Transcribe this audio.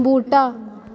बूह्टा